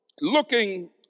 looking